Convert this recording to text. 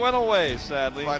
but away. sadly. like